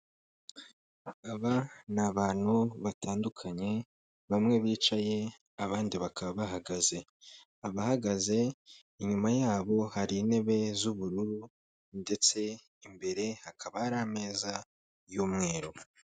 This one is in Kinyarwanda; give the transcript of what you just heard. Aba ni abantu batandukanye, bamwe bicaye abandi bakaba bahagaze. Abahagaze inyuma yabo hari intebe z'ubururu ndetse imbere hakaba hari ameza y'umweru.